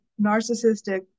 narcissistic